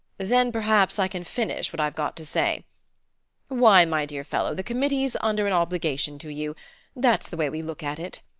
then perhaps i can finish what i've got to say why, my dear fellow, the committee's under an obligation to you that's the way we look at it.